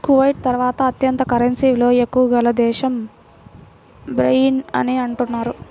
Kuwait తర్వాత అత్యంత currency విలువ ఎక్కువ గల దేశం బహ్రెయిన్ అని అంటున్నారు